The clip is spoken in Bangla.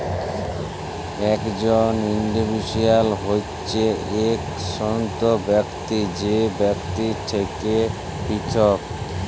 একজল ইল্ডিভিজুয়াল হছে ইক স্বতন্ত্র ব্যক্তি যে বাকিদের থ্যাকে পিরথক